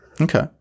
Okay